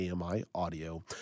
AMI-audio